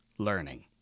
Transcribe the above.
learning